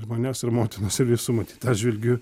ir manęs ir motinos ir visų matyt atžvilgiu